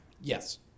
Yes